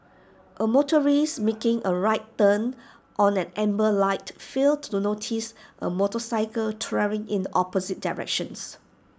A motorist making A right turn on an amber light failed to notice A motorcycle travelling in the opposite directions